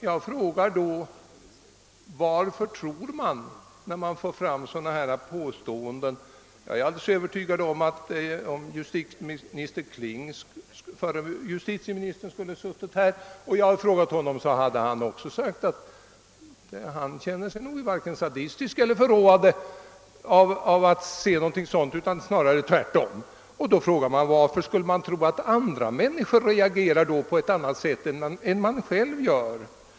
Jag är helt övertygad om att ifall förre justitieminister Kling varit närvarande här, så skulle han också ha sagt att han inte känner sig vare sig sadistisk eller förråad av att se någonting sådant utan att han snarare känner det tvärtom. Då frågar jag: Varför skall man tro att andra människor reagerar på ett annat sätt än man själv gör?